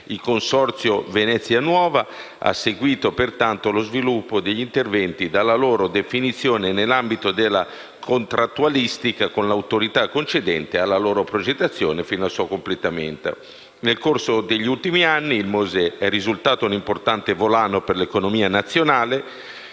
Il CVN ha seguito, pertanto, lo sviluppo degli interventi, dalla loro definizione nell'ambito della contrattualistica con l'autorità concedente, alla loro progettazione, fino al loro completamento; nel corso degli ultimi anni, il Mose è risultato un importante volano per l'economia nazionale